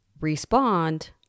Respond